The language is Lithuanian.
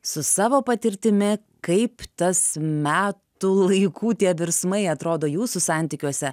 su savo patirtimi kaip tas metų laikų tie virsmai atrodo jūsų santykiuose